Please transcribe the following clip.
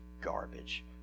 garbage